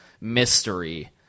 mystery